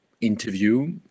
interview